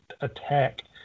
attack